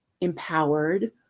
empowered